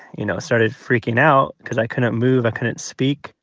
you know, started freaking out because i couldn't move. i couldn't speak